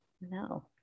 No